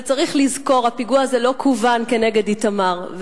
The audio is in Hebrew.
אבל צריך לזכור שהפיגוע הזה לא כוּון כנגד איתמר,